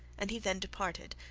and he then departed,